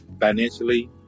financially